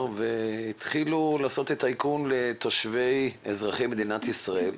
והתחילו לעשות את האיכון לתושבי ואזרחי מדינת ישראל.